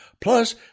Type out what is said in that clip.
Plus